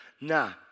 Nah